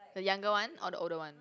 the younger one or the older one